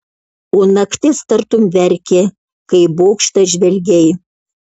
o naktis tartum verkė kai į bokštą žvelgei